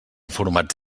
formats